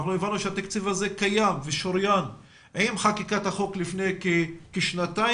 אנחנו הבנו שהתקציב הזה קיים ושוריין עם חקיקת החוק לפני כשנתיים.